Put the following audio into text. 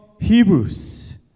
Hebrews